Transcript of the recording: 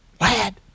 Lad